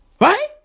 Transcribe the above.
Right